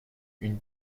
une